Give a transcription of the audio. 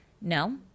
no